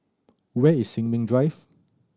where is Sin Ming Drive